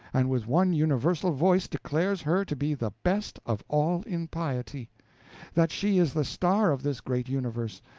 and with one universal voice declares her to be the best of all in piety that she is the star of this great universe,